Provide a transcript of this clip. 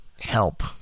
help